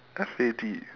F A D